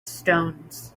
stones